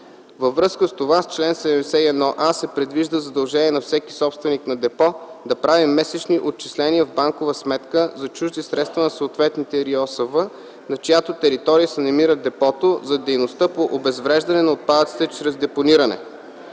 Във връзка с това с чл. 71а се предвижда задължение на всеки собственик на депо да прави месечни отчисления в банкова сметка за чужди средства на съответната РИОСВ, на чиято територия се намира депото, за дейността по обезвреждане на отпадъци чрез депониране.